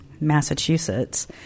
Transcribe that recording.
Massachusetts